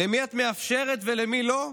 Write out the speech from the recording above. למי את מאפשרת ולמי לא?